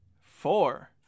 Four